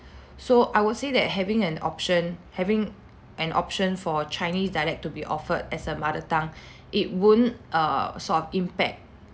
so I would say that having an option having an option for chinese dialect to be offered as a mother tongue it wouldn't err sort of impact